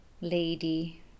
lady